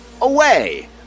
Away